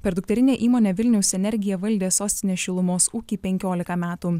per dukterinę įmonę vilniaus energija valdė sostinės šilumos ūkį penkiolika metų